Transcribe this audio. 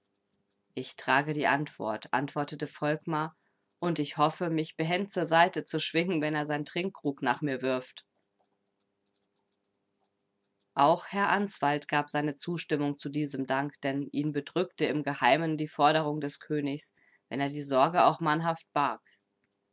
ich trage die antwort antwortete volkmar und ich hoffe mich behend zur seite zu schwingen wenn er seinen trinkkrug nach mir wirft auch herr answald gab seine zustimmung zu diesem dank denn ihn bedrückte im geheimen die forderung des königs wenn er die sorge auch mannhaft barg